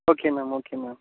okay ma'am okay ma'am